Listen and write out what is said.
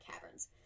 caverns